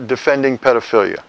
defending pedophilia